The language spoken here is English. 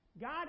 God